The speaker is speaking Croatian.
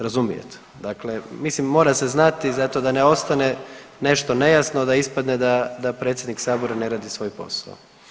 Razumijete, dakle mislim mora se znati zato da ne ostane nešto nejasno, da ispadne da predsjednik sabora ne radi svoj posao.